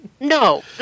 No